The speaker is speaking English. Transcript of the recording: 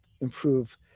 improve